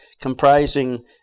comprising